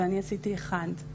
ואני עשיתי אחד.